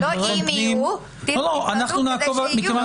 לא "אם יהיו", תפעלו כדי שיהיו.